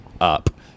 up